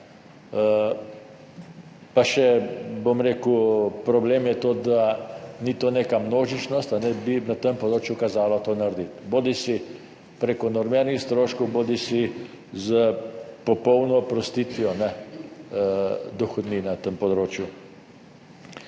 pa še problem je to, da ni to neka množičnost, bi na tem področju veljalo to narediti, bodisi prek normiranih stroškov bodisi s popolno oprostitvijo dohodnine na tem področju.